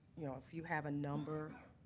you know if you have a number